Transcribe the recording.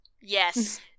Yes